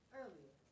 earlier